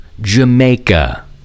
Jamaica